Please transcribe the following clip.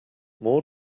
more